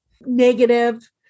negative